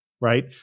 right